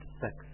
sex